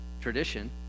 tradition